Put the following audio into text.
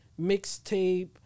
mixtape